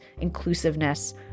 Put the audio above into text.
inclusiveness